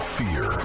fear